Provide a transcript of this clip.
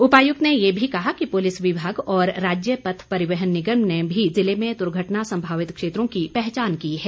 उपायुक्त ने ये भी कहा कि पुलिस विभाग और राज्य पथ परिवहन निगम ने भी ज़िले में दुर्घटना संभावित क्षेत्रों की पहचान की है